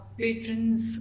patrons